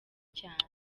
cyane